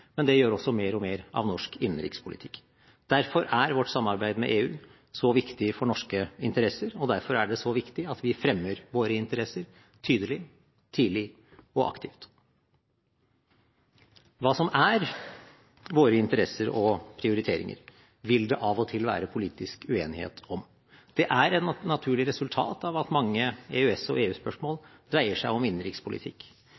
men det gjør også mer og mer av norsk innenrikspolitikk. Derfor er vårt samarbeid med EU så viktig for norske interesser, og derfor er det så viktig at vi fremmer våre interesser tydelig, tidlig og aktivt. Hva som er våre interesser og prioriteringer, vil det av og til være politisk uenighet om. Det er et naturlig resultat av at mange EØS- og